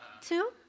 two